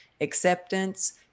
acceptance